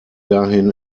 dahin